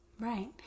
Right